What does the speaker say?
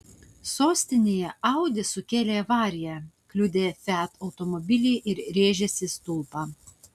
sostinėje audi sukėlė avariją kliudė fiat automobilį ir rėžėsi į stulpą